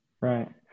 Right